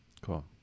cool